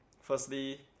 firstly